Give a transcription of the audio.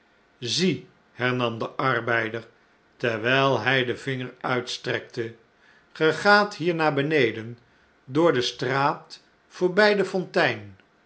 zie hernam de arbeider terwjjl hjj den vinger uitstrekte ge gaat bier naarbeneden door de straat voorbjj de fontein